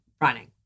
running